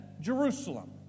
Jerusalem